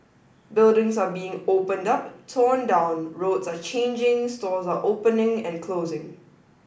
buildings are being opened up torn down roads are changing stores are opening and closing